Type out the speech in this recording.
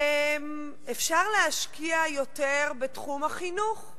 למשל, אפשר להשקיע יותר בתחום החינוך,